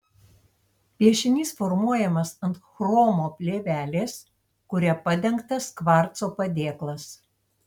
piešinys formuojamas ant chromo plėvelės kuria padengtas kvarco padėklas